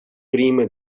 prima